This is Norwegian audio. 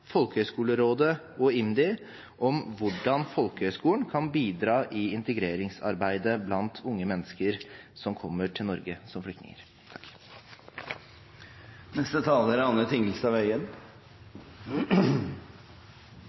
Folkehøgskolerådet og IMDi om hvordan folkehøyskolen kan bidra i integreringsarbeidet blant unge mennesker som kommer til Norge som flyktninger. Vi vet at utdanning er